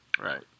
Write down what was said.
Right